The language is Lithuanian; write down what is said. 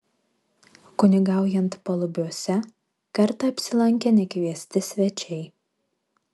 kunigaujant palubiuose kartą apsilankė nekviesti svečiai